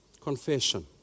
Confession